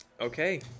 Okay